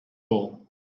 ball